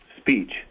speech